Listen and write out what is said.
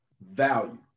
value